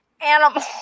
animals